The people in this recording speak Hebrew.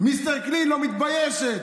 מיסטר קלין, לא מתביישת.